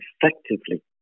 effectively